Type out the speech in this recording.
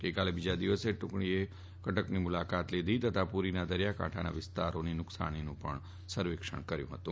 ગઈકાલે બીજા દિવસે આ ટુકડીએ કટકની મુલાકાત લીધી તથા પુરીના દરિયાકાંઠાના વિસ્તારોની નુકસાનનું સર્વેક્ષણ કર્યુ હતું